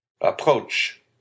Approach